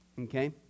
okay